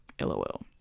LOL